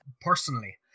personally